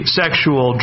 sexual